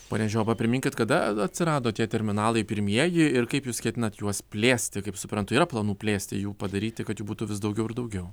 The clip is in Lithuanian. pone žioba priminkit kada atsirado tie terminalai pirmieji ir kaip jūs ketinat juos plėsti kaip suprantu yra planų plėsti jų padaryti kad jų būtų vis daugiau ir daugiau